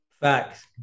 Facts